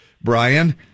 Brian